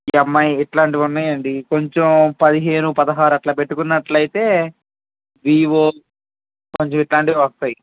MI ఇలాంటివి ఉన్నాయి అండి కొంచెం పదిహేను పదహారు అలా పెట్టుకున్నట్లయితే వివో కొంచెం ఇలాంటివి వస్తాయి